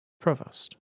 Provost